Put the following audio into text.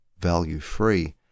value-free